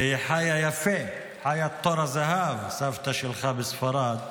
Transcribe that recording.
והיא חיה יפה, חיה בתור הזהב, סבתא שלך בספרד.